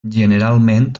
generalment